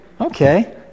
Okay